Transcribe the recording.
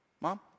mom